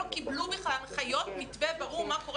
לא קיבלו בכלל הנחיות מתווה ברור מה קורה